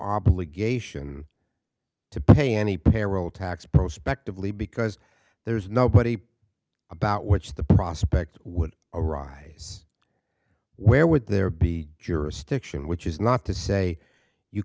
obligation to pay any payroll tax pro specked of lee because there's nobody about which the prospect would arise where would there be jurisdiction which is not to say you